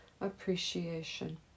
appreciation